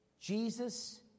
Jesus